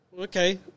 okay